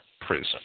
prison